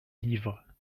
livres